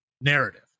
narrative